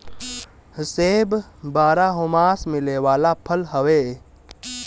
सेब बारहोमास मिले वाला फल हवे